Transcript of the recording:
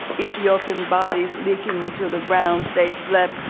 ethiopian bodies leaking into the ground, stage left.